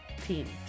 team